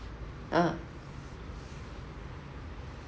ah